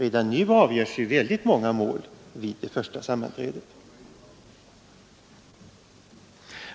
Redan nu avgörs många mål vid första sammanträdet.